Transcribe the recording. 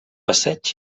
passeig